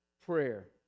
prayer